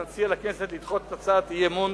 ואני מציע לכנסת לדחות את הצעות האי-אמון.